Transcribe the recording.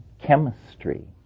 chemistry